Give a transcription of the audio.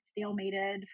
stalemated